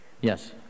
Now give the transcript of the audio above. yes